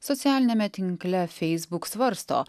socialiniame tinkle facebook svarsto